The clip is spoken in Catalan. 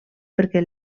perquè